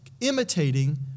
imitating